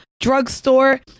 drugstore